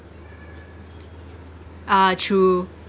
ah true